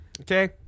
okay